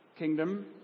kingdom